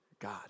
God